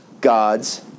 God's